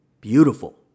beautiful